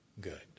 good